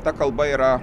ta kalba yra